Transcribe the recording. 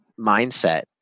mindset